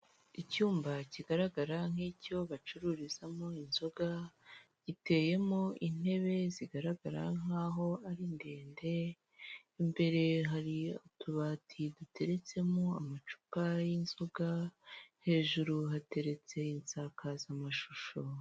Icyumba kigaragara nk'icyo bacururizamo inzoga, giteyemo intebe zigaragara nk'aho ari ndende, imbere hari utubati duteretsemo amacupa y'inzoga, hejuru hateretse insakazamashusho.